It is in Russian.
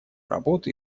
работу